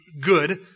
good